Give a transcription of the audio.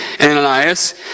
Ananias